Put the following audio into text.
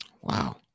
Wow